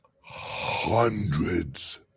hundreds